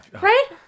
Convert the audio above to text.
right